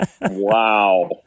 wow